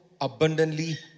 abundantly